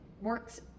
works